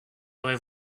aurait